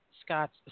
Scott's